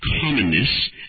commonness